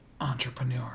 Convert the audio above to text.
entrepreneur